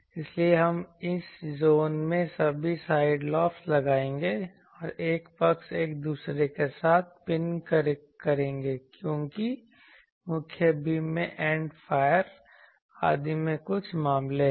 इसलिए हम इस ज़ोन में सभी साइड लॉब्स लगाएंगे और एक पक्ष एक दूसरे के साथ पिन करेगा क्योंकि मुख्य बीम में एंड फायर आदि में कुछ मामले हैं